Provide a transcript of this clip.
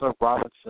Robinson